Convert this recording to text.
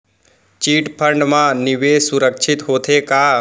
Chit fund मा निवेश सुरक्षित होथे का?